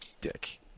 dick